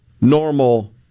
normal